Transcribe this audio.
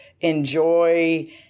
enjoy